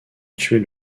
tuer